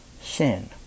sin